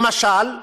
למשל,